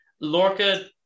Lorca